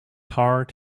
heart